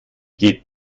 geht